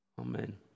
Amen